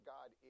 God